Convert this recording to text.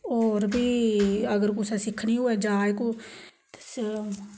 होर बी अगर कुसै सिक्खनी होवे जाह्च